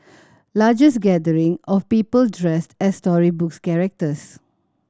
largest gathering of people dressed as storybook characters